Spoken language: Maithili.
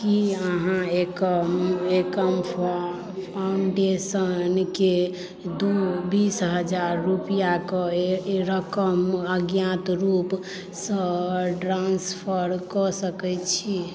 की अहाँ एकम एकम फाउ फाउंडेशनकेँ दू बीस हजार रूपैआक रकम अज्ञात रूपसँ ट्रांस्फर कऽ सकैत छियै